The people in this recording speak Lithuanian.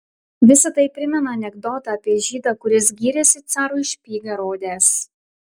visa tai primena anekdotą apie žydą kuris gyrėsi carui špygą rodęs